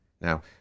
Now